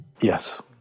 Yes